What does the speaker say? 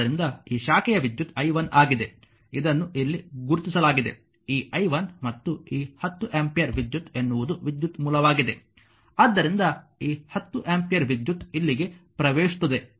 ಆದ್ದರಿಂದ ಈ ಶಾಖೆಯ ವಿದ್ಯುತ್ i 1 ಆಗಿದೆ ಇದನ್ನು ಇಲ್ಲಿ ಗುರುತಿಸಲಾಗಿದೆ ಈ i 1 ಮತ್ತು ಈ 10 ಆಂಪಿಯರ್ ವಿದ್ಯುತ್ ಎನ್ನುವುದು ವಿದ್ಯುತ್ ಮೂಲವಾಗಿದೆ ಆದ್ದರಿಂದ ಈ 10 ಆಂಪಿಯರ್ ವಿದ್ಯುತ್ ಇಲ್ಲಿಗೆ ಪ್ರವೇಶಿಸುತ್ತದೆ